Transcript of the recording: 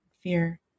fear